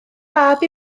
fab